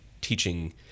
teaching